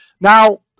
Now